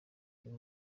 uyu